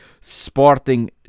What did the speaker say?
Sporting